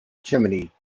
chimney